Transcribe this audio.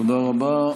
תודה רבה.